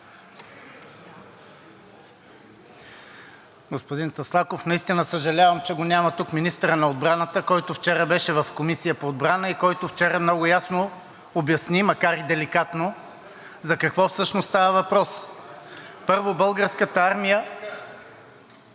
Господин Таслаков, наистина съжалявам, че го няма тук министърът на отбраната, който вчера беше в Комисията по отбрана и който много ясно обясни, макар и деликатно, за какво всъщност става въпрос. Първо, Българската армия…